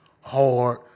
hard